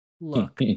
look